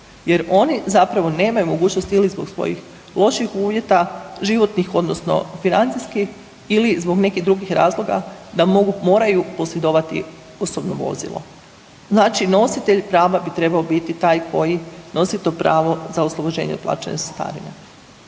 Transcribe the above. jer oni zapravo nemaju mogućnost ili zbog svojih loših uvjeta životnih odnosno financijskih ili zbog nekih drugih razloga da mogu, moraju posjedovati osobno vozilo. Znači nositelj prava bi trebao biti taj koji nosi to pravo za oslobođenje od plaćanja cestarine.